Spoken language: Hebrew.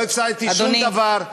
לא הפסדתי שום דבר.